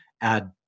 add